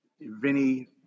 Vinny